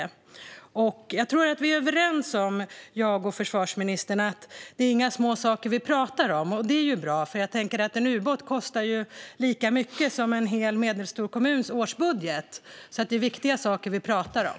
Jag och försvarsministern är nog överens om att det inte är några små saker vi talar om. En ubåt kostar ju lika mycket som en medelstor kommuns årsbudget. Det är viktiga saker vi talar om.